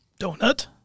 donut